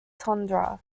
tundra